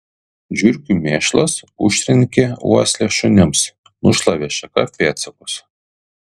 žiurkių mėšlas užtrenkė uoslę šunims nušlavė šaka pėdsakus